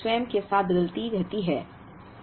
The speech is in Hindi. इसकी मांग समय के साथ बदलती रहती है